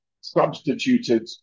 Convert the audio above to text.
substituted